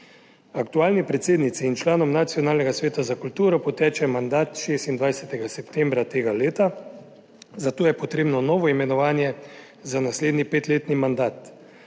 Aktualni predsednici in članom Nacionalnega sveta za kulturo poteče mandat 26. septembra tega leta, zato je potrebno novo imenovanje za naslednji petletni mandat.